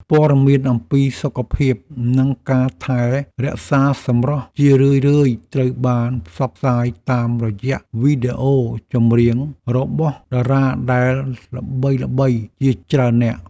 ព័ត៌មានអំពីសុខភាពនិងការថែរក្សាសម្រស់ជារឿយៗត្រូវបានផ្សព្វផ្សាយតាមរយៈវីដេអូចម្រៀងរបស់តារាដែលល្បីៗជាច្រើននាក់។